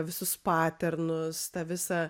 visus paternus tą visą